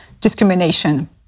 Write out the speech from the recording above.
discrimination